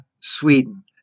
Sweden